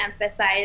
emphasize